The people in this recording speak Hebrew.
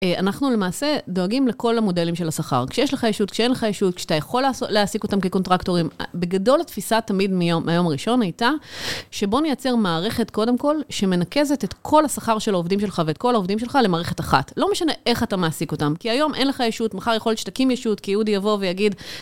אנחנו למעשה דואגים לכל המודלים של השכר. כשיש לך ישות, כשאין לך ישות, כשאתה יכול להעסיק אותם כקונטרקטורים. בגדול התפיסה תמיד מהיום הראשון הייתה, שבוא נייצר מערכת קודם כל, שמנקזת את כל השכר של העובדים שלך ואת כל העובדים שלך למערכת אחת. לא משנה איך אתה מעסיק אותם, כי היום אין לך ישות, מחר יכול להיות שתקים ישות, כי אודי יבוא ויגיד...